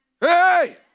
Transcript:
Hey